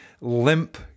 limp